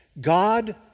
God